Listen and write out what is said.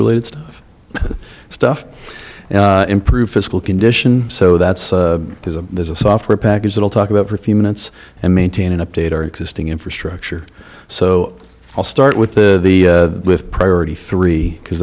related stuff stuff and improve physical condition so that's there's a there's a software package that i'll talk about for a few minutes and maintain an update our existing infrastructure so i'll start with the with priority three because